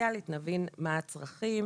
הפסיכוסוציאלית נבין מה הצרכים.